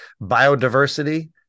biodiversity